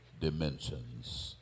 dimensions